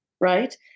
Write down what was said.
right